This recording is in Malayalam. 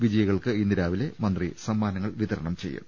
വിജയികൾക്ക് ഇന്ന് രാവിലെ മന്ത്രി സമ്മാനങ്ങൾ വിതരണം ചെയ്യും